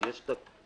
תקציב של כמה?